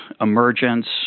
emergence